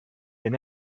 you